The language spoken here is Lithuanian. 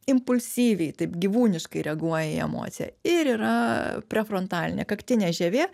impulsyviai taip gyvuliškai reaguoja į emociją ir yra prefrontalinė kaktinė žievė